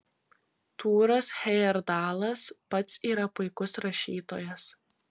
tūras hejerdalas pats yra puikus rašytojas